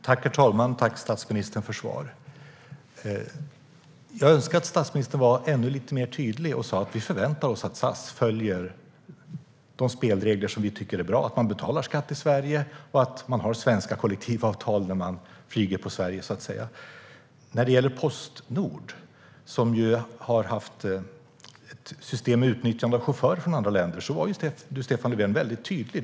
Herr talman! Tack, statsministern, för svaret! Jag önskar att statsministern skulle vara lite mer tydlig och säga: Vi förväntar oss att SAS följer de spelregler som vi tycker är bra, att man betalar skatt i Sverige och att man har svenska kollektivavtal när man flyger på Sverige, så att säga. När det gäller Postnord, som har haft ett system med utnyttjande av chaufförer från andra länder, var du, Stefan Löfven, väldigt tydlig.